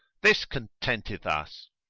this contenteth us.